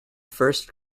first